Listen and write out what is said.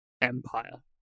empire